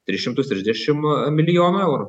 tris šimtus trisdešim milijonų eurų